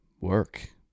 Work